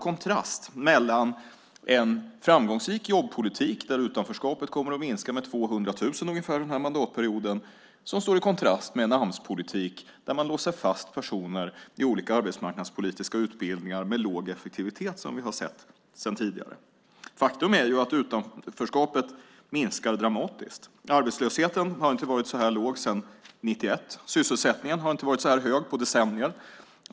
Vår framgångsrika jobbpolitik där utanförskapet kommer att minska med 200 000 denna mandatperiod står i kontrast till en Amspolitik som vi har sett tidigare där man låser fast personer i olika arbetsmarknadspolitiska utbildningar med låg effektivitet. Faktum är att utanförskapet minskade dramatiskt. Arbetslösheten har inte varit så här låg sedan 1991. Sysselsättningen har inte varit så här hög på decennier.